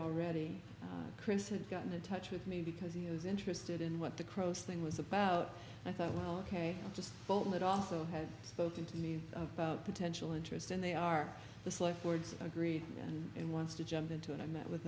already chris had gotten in touch with me because he was interested in what the cross thing was about i thought well ok i'll just phone it also has spoken to me about potential interest and they are the slug boards agree and wants to jump into it i met with